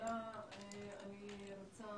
תחילה אני רוצה